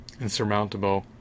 insurmountable